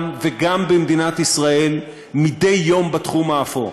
וגם במדינת ישראל מדי יום בתחום האפור.